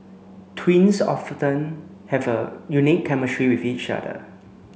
twins often have a unique chemistry with each other